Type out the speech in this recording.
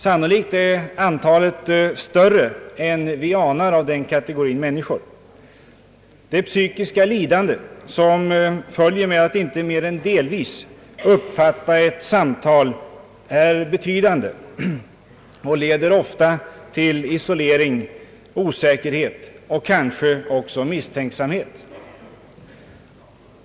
Sannolikt är antalet av den kategorin människor större än vi anar. Det psykiska lidande som följer av att inte mer än delvis kunna uppfatta ett samtal är betydande och leder ofta till isolering, osäkerhet och kanske även misstänksamhet.